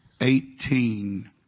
eighteen